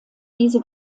diese